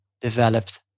developed